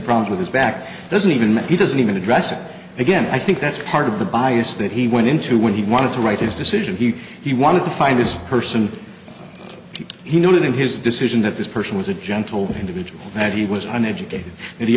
problems with his back doesn't even he doesn't even address it again i think that's part of the bias that he went into when he wanted to write his decision he he wanted to find his person he noted in his decision that this person was a gentle individual that he was an educator and he